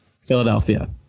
Philadelphia